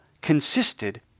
consisted